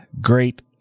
great